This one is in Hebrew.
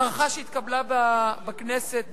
הערכה שהתקבלה בכנסת בזמנו,